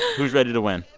who's ready to win?